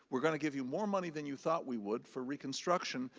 we're gonna give you more money than you thought we would for reconstruction,